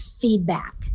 feedback